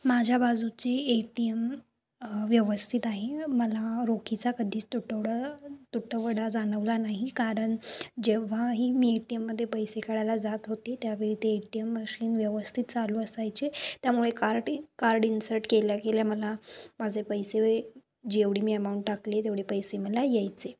माझ्या बाजूचे A T M व्यवस्थित आहे मला रोखीचा कधीच तुटवडा तुटवडा जाणवला नाही कारण जेव्हाही मी ए टी एममध्ये पैसे काढायला जात होते त्यावेळी ते ए टी एम मशीन व्यवस्थित चालू असायचे त्यामुळे कार्टी कार्ड इन्सर्ट केल्या केल्या मला माझे पैसे जेवढी मी अमाऊंट टाकली तेवढी पैसे मला यायचे